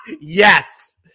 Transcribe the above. yes